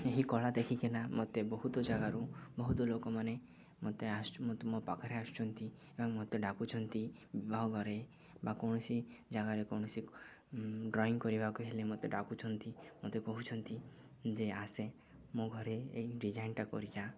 ଏହି କଳା ଦେଖିକିନା ମୋତେ ବହୁତ ଜାଗାରୁ ବହୁତ ଲୋକମାନେ ମୋତେ ଆସ ମୋତେ ମୋ ପାଖରେ ଆସୁଛନ୍ତି ଏବଂ ମୋତେ ଡାକୁଛନ୍ତି ବିବାହ ଘରେ ବା କୌଣସି ଜାଗାରେ କୌଣସି ଡ୍ରଇଂ କରିବାକୁ ହେଲେ ମୋତେ ଡାକୁଛନ୍ତି ମୋତେ କହୁଛନ୍ତି ଯେ ଆସେ ମୋ ଘରେ ଏଇ ଡିଜାଇନ୍ଟା କରିଯା